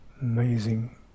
amazing